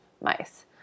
mice